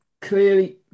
clearly